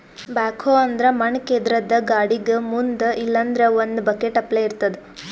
backhoe ಅಂದ್ರ ಮಣ್ಣ್ ಕೇದ್ರದ್ದ್ ಗಾಡಿಗ್ ಮುಂದ್ ಇಲ್ಲಂದ್ರ ಒಂದ್ ಬಕೆಟ್ ಅಪ್ಲೆ ಇರ್ತದ್